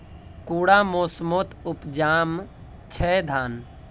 कुंडा मोसमोत उपजाम छै धान?